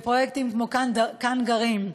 פרויקטים כמו "כאן גרים",